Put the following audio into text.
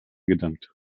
gedankt